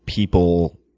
people,